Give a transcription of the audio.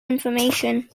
information